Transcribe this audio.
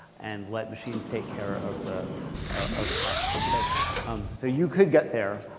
and let machines take care of the of the processes. so um so you could get there,